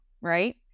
right